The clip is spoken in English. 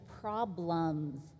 problems